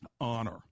Honor